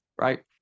right